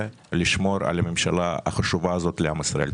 לשמור על הממשלה החשובה הזאת לעם ישראל.